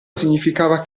significava